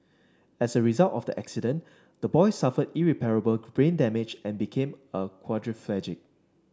as a result of the accident the boy suffered irreparable brain damage and became a quadriplegic